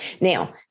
Now